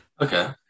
Okay